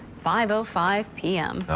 five ah five p m.